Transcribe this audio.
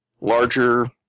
larger